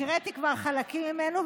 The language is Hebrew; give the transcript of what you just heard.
הקראתי כבר חלקים ממנו,